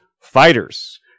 fighters